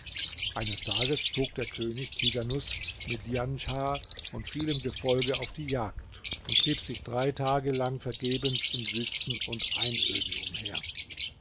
eines tages zog der könig tighanus mit djanschah und vielem gefolge auf die jagd und trieb sich drei läge lang vergebens in wüsten und einöden umher